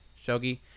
Shogi